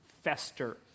fester